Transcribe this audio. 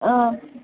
ಹ್ಞೂ